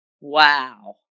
Wow